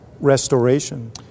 restoration